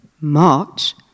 March